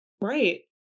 right